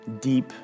deep